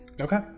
Okay